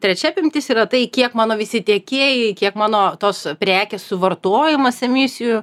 trečia apimtis yra tai kiek mano visi tiekėjai kiek mano tos prekės suvartojimas emisijų